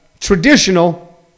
traditional